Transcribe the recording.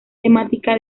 temática